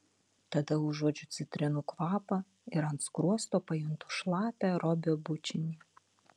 tada užuodžiu citrinų kvapą ir ant skruosto pajuntu šlapią robio bučinį